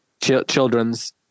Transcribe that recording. Children's